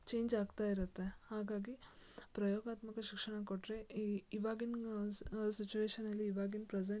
change ಆಗ್ತಾ ಇರುತ್ತೆ ಹಾಗಾಗಿ ಪ್ರಯೋಗಾತ್ಮಕ ಶಿಕ್ಷಣ ಕೊಟ್ಟರೆ ಈ ಇವಾಗಿನ ಸಿಚುವೇಷನಲ್ಲಿ ಇವಾಗಿನ ಪ್ರೆಸೆಂಟ್